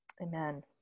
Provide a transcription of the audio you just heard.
Amen